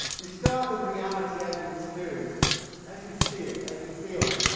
you start with reality as you experience it, as you see it, as you feel it.